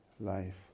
life